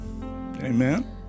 Amen